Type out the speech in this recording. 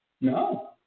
No